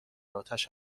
آتش